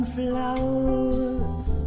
flowers